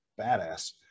badass